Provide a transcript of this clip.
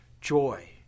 joy